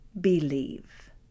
believe